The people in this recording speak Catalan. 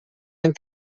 han